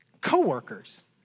co-workers